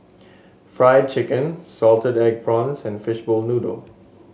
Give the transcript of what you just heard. Fried Chicken Salted Egg Prawns and Fishball Noodle